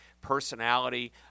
personality